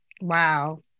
Wow